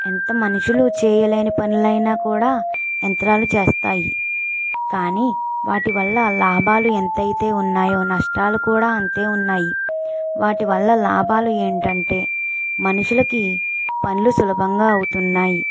ఎంత మనుషులు చేయలేని పనులైనా కూడా యంత్రాలు చేస్తాయి కానీ వాటి వల్ల లాభాలు ఎంత అయితే ఉన్నాయో నష్టాలు కూడా అంతే ఉన్నాయి వాటి వల్ల లాభాలు ఏంటంటే మనుషులకి పనులు సులభంగా అవుతున్నాయి